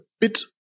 bit